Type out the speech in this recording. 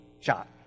shot